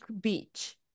Beach